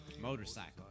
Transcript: motorcycle